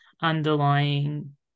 underlying